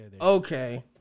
Okay